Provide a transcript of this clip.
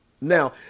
Now